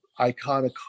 iconic